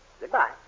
Goodbye